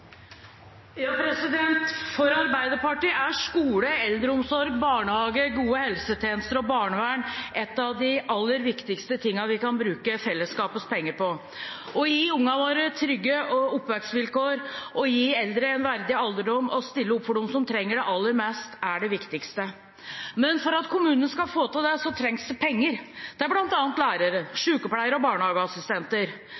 For Arbeiderpartiet er skole, eldreomsorg, barnehager, gode helsetjenester og barnevern noe av det viktigste vi kan bruke fellesskapets penger på. Å gi ungene våre trygge oppvekstvilkår, gi eldre en verdig alderdom og stille opp for dem som trenger det aller mest, er det viktigste. Men for at kommunene skal få til det, trengs det penger til bl.a. lærere,